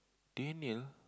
Daniel